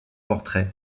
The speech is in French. portrait